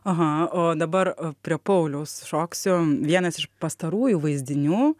aha o dabar prie pauliaus šoksiu vienas iš pastarųjų vaizdinių